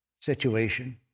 situation